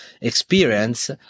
experience